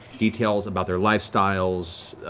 details about their lifestyles,